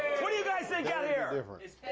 what do you guys think out here?